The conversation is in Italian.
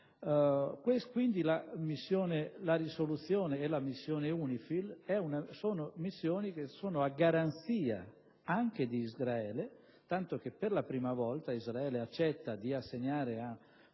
Quindi, la risoluzione e la missione UNIFIL sono anche a garanzia di Israele, tanto che, per la prima volta, Israele accetta di assegnare a